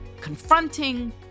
confronting